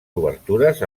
obertures